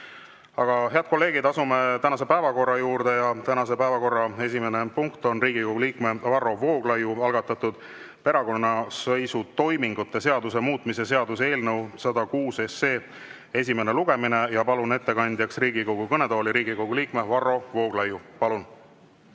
Head kolleegid, asume tänase päevakorra juurde. Tänase päevakorra esimene punkt on Riigikogu liikme Varro Vooglaiu algatatud perekonnaseisutoimingute seaduse muutmise seaduse eelnõu 106 esimene lugemine. Palun ettekandeks Riigikogu kõnetooli Riigikogu liikme Varro Vooglaiu. Palun!